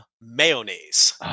mayonnaise